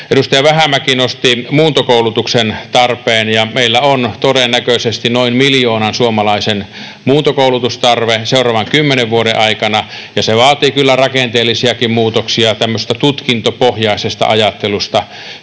Edustaja Vähämäki nosti muuntokoulutuksen tarpeen, ja meillä on todennäköisesti noin miljoonan suomalaisen muuntokoulutustarve seuraavan kymmenen vuoden aikana, ja se vaatii kyllä rakenteellisiakin muutoksia tämmöisestä tutkintopohjaisesta ajattelusta